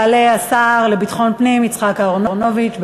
יעלה השר לביטחון פנים יצחק אהרונוביץ.